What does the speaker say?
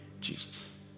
Jesus